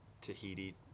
Tahiti